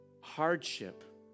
Hardship